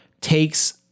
takes